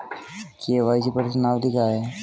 KYC प्रश्नावली क्या है?